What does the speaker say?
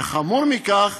וחמור מכך,